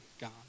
God